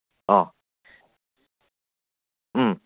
অঁ